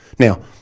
Now